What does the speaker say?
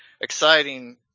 Exciting